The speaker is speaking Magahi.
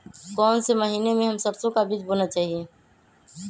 कौन से महीने में हम सरसो का बीज बोना चाहिए?